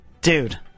dude